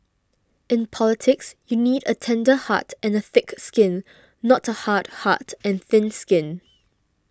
in politics you need a tender heart and a thick skin not a hard heart and thin skin